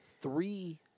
three